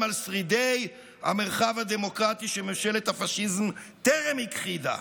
גם על שרידי המרחב הדמוקרטי שממשלת הפשיזם טרם הכחידה.